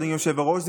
אדוני היושב-ראש,